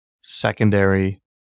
secondary